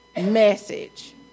message